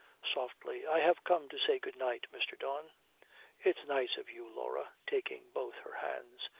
softly, i have come to say good-night, mr. don it's nice of you, laura taking both her hands.